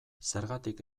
zergatik